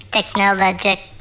Technologic